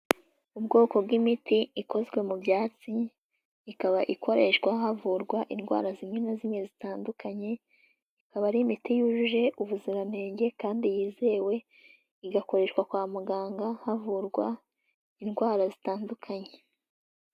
Ubwoko bw'imiti ikozwe mu byatsi ikaba ikoreshwa havurwa indwara zimwe na zimwe zitandukanye, ikaba ari imiti yujuje ubuziranenge kandi yizewe, igakoreshwa kwa muganga havurwa indwara zitandukanye.